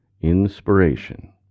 INSPIRATION